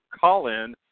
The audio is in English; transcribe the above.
call-in